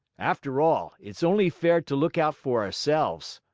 after all, it's only fair to look out for ourselves.